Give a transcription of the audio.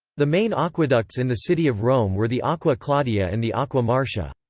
the main aqueducts in the city of rome were the aqua claudia and the aqua marcia.